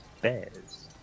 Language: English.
Bears